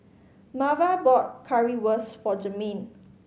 Marva bought Currywurst for Jermain